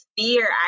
fear